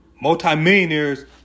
Multi-millionaires